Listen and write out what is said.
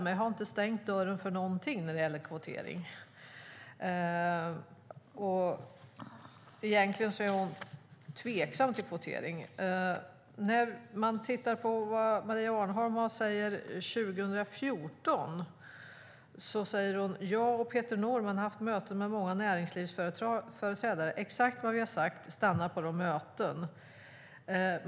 Men jag har inte stängt dörren till någonting." Det sade hon om kvotering. Egentligen är hon tveksam till kvotering. Man kan titta på vad Maria Arnholm säger 2014. Då säger hon: "Jag och Peter Norman har haft möten med många näringslivsföreträdare." Hon fortsätter: "Exakt vad vi har sagt, stannar på de mötena."